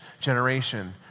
generation